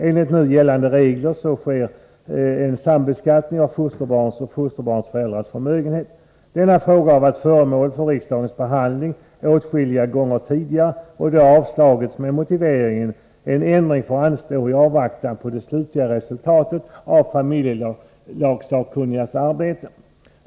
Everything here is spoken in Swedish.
Enligt nu gällande regler sker en sambeskattning av fosterbarns och fosterföräldrars förmögenheter. Denna fråga har varit föremål för riksdagens behandling åtskilliga gånger tidigare, och förslaget har då avslagits med motiveringen att en ändring får anstå i avvaktan på det slutliga resultatet av familjelagsakkunnigas arbete.